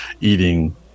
eating